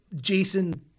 Jason